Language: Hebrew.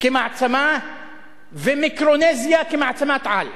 כמעצמה ומיקרונזיה כמעצמת-על.